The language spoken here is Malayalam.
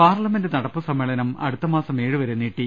പാർലമെന്റ് നടപ്പ് സമ്മേളനം അടുത്ത മാസം ഏഴ് വരെ നീട്ടി